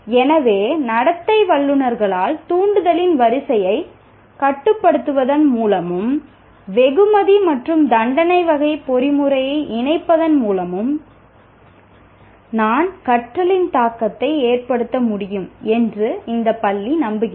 எனவே நடத்தை வல்லுநர்களால் தூண்டுதலின் வரிசையை கட்டுப்படுத்துவதன் மூலமும் வெகுமதி மற்றும் தண்டனை வகை பொறிமுறையை இணைப்பதன் மூலமும் நான் கற்றலில் தாக்கத்தை ஏற்படுத்த முடியும் என்று இந்த பள்ளி நம்புகிறது